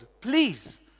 please